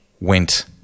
went